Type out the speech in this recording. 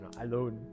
Alone